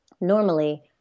normally